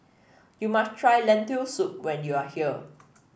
you must try Lentil Soup when you are here